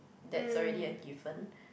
that's already a given